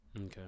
okay